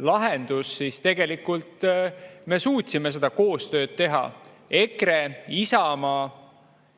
lahendus, siis tegelikult me suutsime seda koostööd teha. EKRE, Isamaa,